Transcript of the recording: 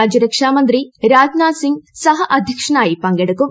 രാജ്യരക്ഷാമന്ത്രി രാജ്നാഥ് സിംഗ് സഹ അധ്യക്ഷനായി പങ്കെടുക്കും